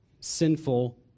sinful